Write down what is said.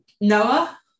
Noah